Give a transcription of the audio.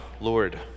Lord